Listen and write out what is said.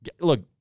Look